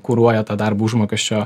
kuruoja tą darbo užmokesčio